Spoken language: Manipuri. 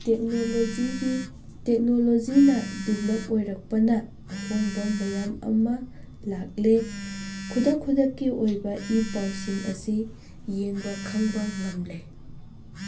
ꯇꯦꯛꯅꯣꯂꯣꯖꯤꯒꯤ ꯇꯦꯛꯅꯣꯂꯣꯖꯤꯅ ꯗꯤꯕ꯭ꯂꯞ ꯑꯣꯏꯔꯛꯄꯅ ꯑꯍꯣꯡꯕ ꯃꯌꯥꯝ ꯑꯃ ꯂꯥꯛꯂꯦ ꯈꯨꯗꯛ ꯈꯨꯗꯛꯀꯤ ꯑꯣꯏꯕ ꯏ ꯄꯥꯎꯁꯤꯡ ꯑꯁꯤ ꯌꯦꯡꯕ ꯈꯪꯕ ꯉꯝꯂꯦ